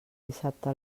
dissabte